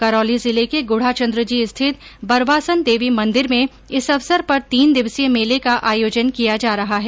करौली जिले के गुढाचन्द्रजी स्थित बरवासन देवी मंदिर में इस अवसर पर तीन दिवसीय मेले का आयोजन किया जा रहा है